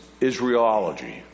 Israelology